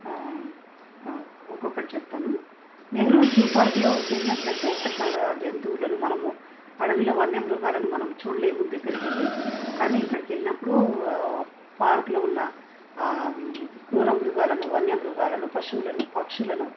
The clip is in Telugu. ఒక్కక్కటి చెప్తాను నెహ్రు జూ పార్క్లోకి వెళ్ళినట్లయితే చక్కగా జంతువులను మనము అడవిలో వన్య మృగాలను మనము చూడలేము దగ్గరికి వెళ్ళి కానీ ఇక్కడకి వెళ్ళినప్పుడు పార్క్లో ఉన్న ఆ కృర మృగాలను వన్యమృగాలను పశువులను పక్షులను